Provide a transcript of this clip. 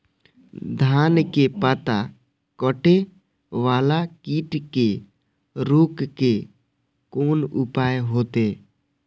धान के पत्ता कटे वाला कीट के रोक के कोन उपाय होते?